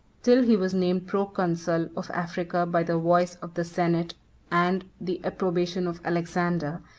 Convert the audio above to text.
till he was named proconsul of africa by the voice of the senate and the approbation of alexander,